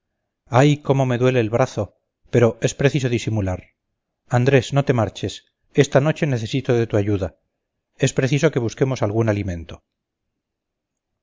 ay cómo me duele el brazo pero es preciso disimular andrés no te marches esta noche necesito de tu ayuda es preciso que busquemos algún alimento